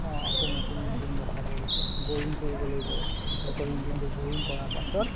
অঁ আকৌ নতুন ইঞ্জিন বৰিং কৰিব লাগিব বাইকৰ ইঞ্জিনটো বৰিং কৰাৰ পাছত